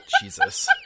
Jesus